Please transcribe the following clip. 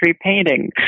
painting